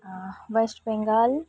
West Bengal